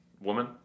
Woman